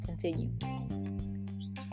continue